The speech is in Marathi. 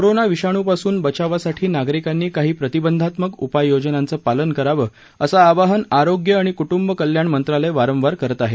कोरोना विषाणुपासून बचावासाठी नागरिकांनी काही प्रतिबंधात्मक उपाययोजनांचं पालन करावं असं आवाहन आरोग्य आणि कु ि कल्याण मंत्रालय वारंवार करत आहे